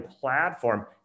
platform